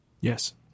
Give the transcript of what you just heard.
Yes